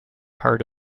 heart